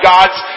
God's